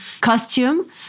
costume